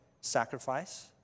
sacrifice